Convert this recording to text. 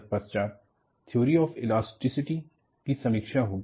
तत्पश्चात theory of elasticity की समीक्षा होगी